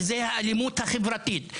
זו האלימות החברתית.